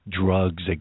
drugs